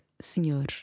Senhor